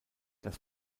das